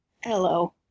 Hello